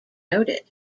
noted